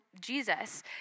Jesus